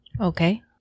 Okay